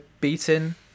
beaten